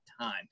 time